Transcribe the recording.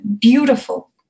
beautiful